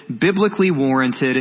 biblically-warranted